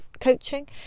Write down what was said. coaching